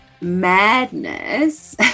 madness